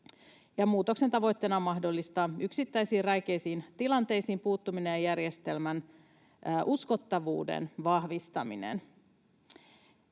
Muutoksen tavoitteena on mahdollistaa yksittäisiin räikeisiin tilanteisiin puuttuminen ja järjestelmän uskottavuuden vahvistaminen.